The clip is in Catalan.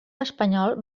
espanyol